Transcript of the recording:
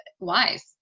wise